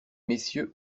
messieurs